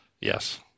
Yes